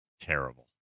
Terrible